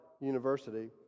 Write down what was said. University